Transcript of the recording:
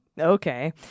Okay